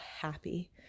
happy